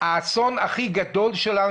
האסון הכי גדול שלנו,